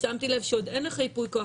שמתי לב שעוד אין לך ייפוי כוח,